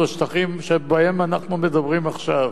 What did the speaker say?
בשטחים שבהם אנחנו מדברים עכשיו,